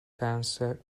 cancer